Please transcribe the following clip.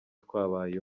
twabaye